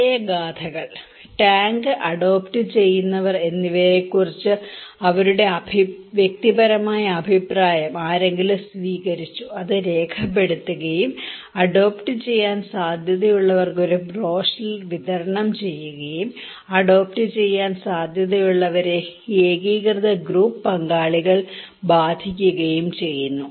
വിജയഗാഥകൾ tank adopt ചെയ്യുന്നവർ എന്നിവയെക്കുറിച്ചുള്ള അവരുടെ വ്യക്തിപരമായ അഭിപ്രായം ആരെങ്കിലും സ്വീകരിച്ചു അത് രേഖപ്പെടുത്തുകയും അഡോപ്റ്റ് ചെയ്യാൻ സാധ്യതയുള്ളവർക്ക് ഒരു ബ്രോഷറിൽ വിതരണം ചെയ്യുകയും അഡോപ്റ്റ് ചെയ്യാൻ സാധ്യതയുള്ളവരെ ഏകീകൃത ഗ്രൂപ്പ് പങ്കാളികൾ ബാധിക്കുകയും ചെയ്യുന്നു